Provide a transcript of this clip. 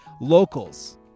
locals